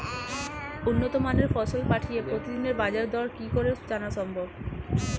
উন্নত মানের ফসল পাঠিয়ে প্রতিদিনের বাজার দর কি করে জানা সম্ভব?